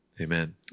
amen